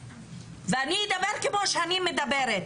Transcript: ואני אדבר כמו שאני מדברת.